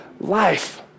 life